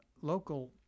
local